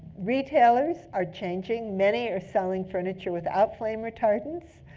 retailers are changing. many are selling furniture without flame retardants.